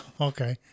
okay